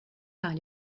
par